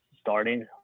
starting